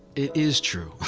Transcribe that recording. it is true.